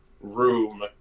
room